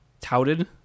touted